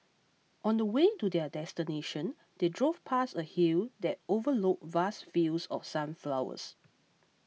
on the way to their destination they drove past a hill that overlooked vast fields of sunflowers